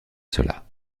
cela